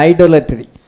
Idolatry